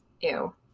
Ew